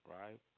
Right